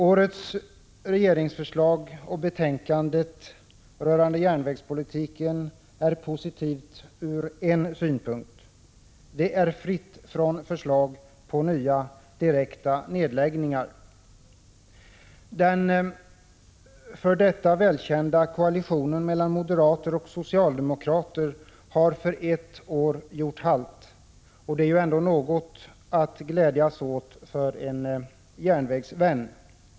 Årets regeringsförslag och det nu aktuella betänkandet rörande järnvägspolitiken är positivt från en synpunkt: de innehåller inga förslag om nya direkta nedläggningar av järnvägar. Den tidigare välkända koalitionen mellan moderater och socialdemokrater har för ett år gjort halt. Det är ändå något att glädjas åt för en järnvägsvän.